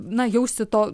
na jausti to